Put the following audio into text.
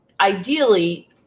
ideally